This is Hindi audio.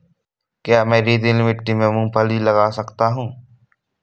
क्या मैं रेतीली मिट्टी में मूँगफली लगा सकता हूँ?